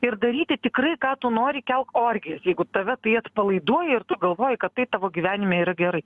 ir daryti tikrai ką tu nori kelk orgijas jeigu tave tai atpalaiduoja ir tu galvoji kad tai tavo gyvenime yra gerai